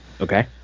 Okay